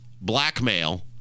blackmail